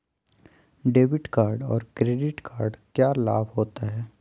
Debit card और credit card क्या लाभ होता है?